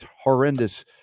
horrendous